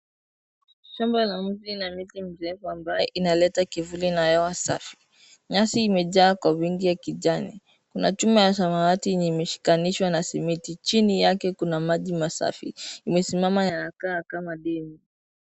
Shamba la mji na miti mirefu ambaye inaleta kivuli na hewa safi nyasi imejaa kwa wingi ya kijani na chuma ya samawati yenye imeshikanishwa na simiti chini yake kuna maji masafi imesimama na inakaa kama dini